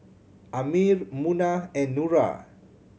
Ammir Munah and Nura